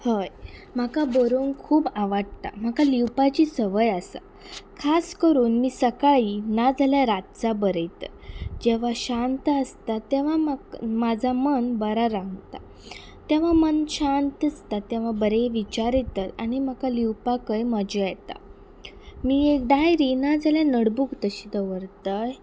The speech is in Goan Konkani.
हय म्हाका बरोवंक खूब आवाडटा म्हाका लिवपाची संवय आसा खास करून मी सकाळीं नाजाल्यार रातचा बरयतत जेवा शांत आसता तेवा म्हाका म्हाजा मन बरा रावता तेवा मन शांत आसता तेवा बरें विचार येता आनी म्हाका लिवपाकय मजा येता मी एक डायरी ना जाल्या नोटबूक तशी दवरतय